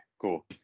cool